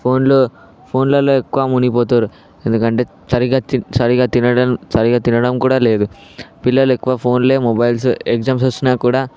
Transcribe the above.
ఫోన్లో ఫోన్లలో ఎక్కువ మునిగిపోతున్నారు ఎందుకంటే సరిగా సరిగా తిన సరిగా తినడం కూడా లేదు పిల్లలు ఎక్కువ ఫోన్లే మొబైల్స్ ఎగ్జామ్స్ వస్తున్నా కూడా